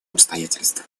обстоятельств